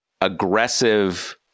aggressive